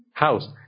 house